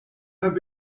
have